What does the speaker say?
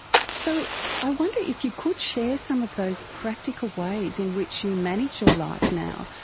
so i wonder if you could share some of those practical ways in which you manage your life now.